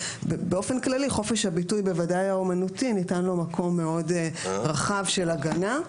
באופן כללי חופש הביטוי בוודאי האומנותי ניתן לו מקום מאוד רחב של הגנה,